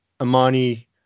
amani